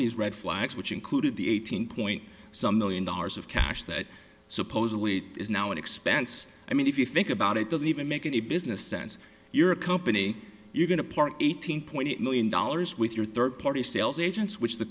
these red flags which included the eighteen point some million dollars of cash that supposedly is now an expense i mean if you think about it doesn't even make any business sense you're a company you're going to part eighteen point eight million dollars with your third party sales agents which the